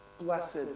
blessed